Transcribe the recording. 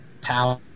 power